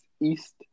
east